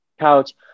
couch